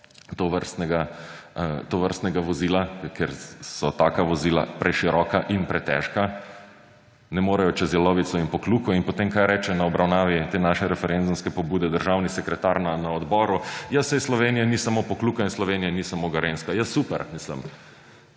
tovrstnega vozila, ker so taka vozila preširoka in pretežka, ne morejo čez Jelovico in Pokljuko. In potem, kaj reče na obravnavi te naše referendumske pobude državni sekretar na odboru? Ja, saj Slovenija ni samo Pokljuka in Slovenija ni samo Gorenjska. Ja, super! Mislim!